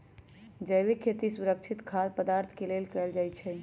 जैविक खेती सुरक्षित खाद्य पदार्थ के लेल कएल जाई छई